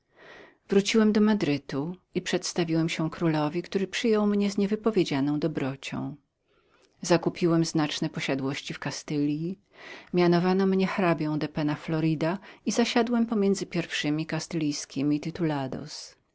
wróciłem do madrytu i przedstawiłem się królowi który przyjął mnie z niewypowiedzianą dobrocią zakupiłem znaczne posiadłości w kastylji mianowano mnie hrabią penna florida i zasiadłem pomiędzy pierwszymi kastylijskimi titolados